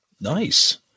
Nice